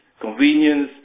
convenience